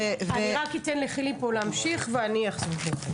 אני רק אתן לחילי פה להמשיך, ואני אחזור.